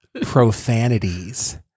profanities